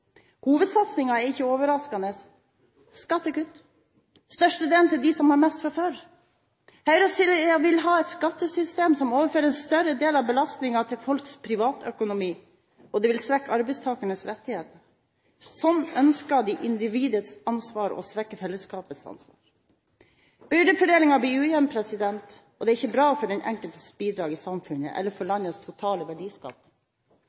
Hovedsatsingen er ikke overraskende: skattekutt, størstedelen til dem som har mest fra før. Høyresiden vil ha et skattesystem som overfører en større del av belastningen til folks privatøkonomi, og de vil svekke arbeidstakernes rettigheter. Sånn øker de individets ansvar og svekker fellesskapets ansvar. Byrdefordelingen blir ujevn, og det er ikke bra for den enkeltes bidrag i samfunnet eller for landets totale verdiskaping.